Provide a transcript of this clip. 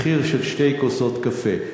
מחיר של שתי כוסות קפה.